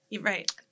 right